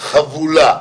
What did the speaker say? חבולה,